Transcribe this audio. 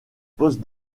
poste